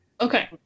okay